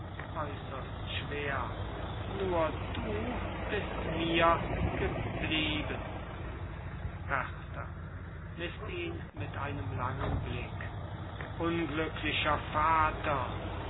äußerst schwer nur du bist mir geblieben berta mißt ihn mit einem langen blick unglücklicher vater